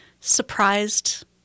surprised